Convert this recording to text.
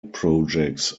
projects